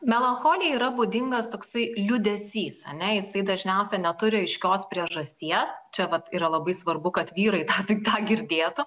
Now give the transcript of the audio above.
melancholija yra būdingas toksai liūdesys ane jisai dažniausia neturi aiškios priežasties čia vat yra labai svarbu kad vyrai tik tą girdėtų